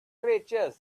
creature